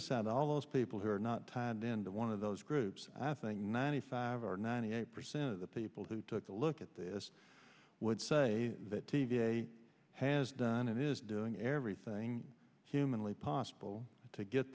aside all those people who are not tied then the one of those groups i think ninety five or ninety eight percent of the people who took a look at this would say that dva has done and is doing everything humanly possible to get